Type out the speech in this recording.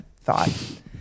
thought